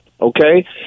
okay